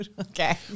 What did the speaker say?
okay